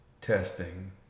testing